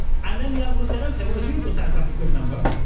and then the uncle said, ok, well a googol sounds like a good number.